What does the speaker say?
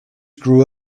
grew